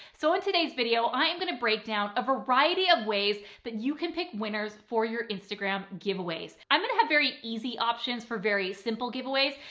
so in today's video, i am going to break down a variety of ways that you can pick winners for your instagram giveaways. i'm going to have very easy options for very simple giveaways,